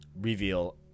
reveal